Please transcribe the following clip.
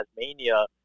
Tasmania